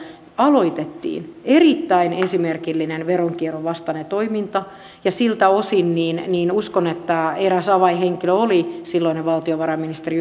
aloitettiin erittäin esimerkillinen veronkierron vastainen toiminta ja siltä osin uskon että eräs avainhenkilö oli silloinen valtiovarainministeri